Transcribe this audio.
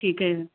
ਠੀਕ ਹੈ